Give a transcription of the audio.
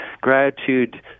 gratitude